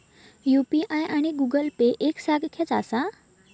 UPI आणि Google Pay एक सारख्याच आसा?